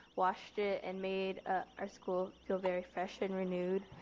washed it and made ah our school feel very fresh and renewed.